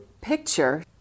picture